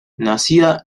nacida